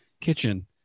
kitchen